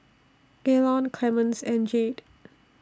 Gaylon Clemence and Jade